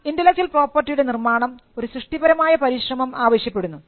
intellectual പ്രോപ്പർട്ടിയുടെ നിർമ്മാണം ഒരു സൃഷ്ടിപരമായ പരിശ്രമം ആവശ്യപ്പെടുന്നു